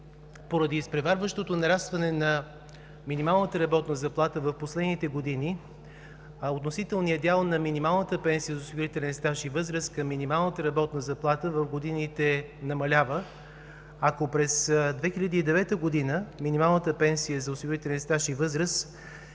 поради изпреварващото нарастване на минималната работна заплата в последните години относителният дял на минималните пенсии за осигурителен стаж и възраст към минималната работна заплата в годините намалява. Ако през 2009 г. минималната пенсия за осигурителен стаж и възраст